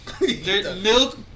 Milk